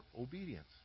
obedience